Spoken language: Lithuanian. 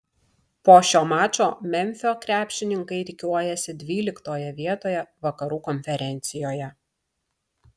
po šio mačo memfio krepšininkai rikiuojasi dvyliktoje vietoje vakarų konferencijoje